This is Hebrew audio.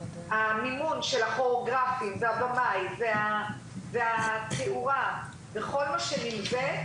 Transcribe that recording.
המימון של הכוריאוגרפים והבמאי והתאורה וכל מה שנלווה,